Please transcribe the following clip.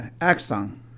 axon